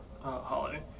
holiday